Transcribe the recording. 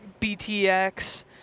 btx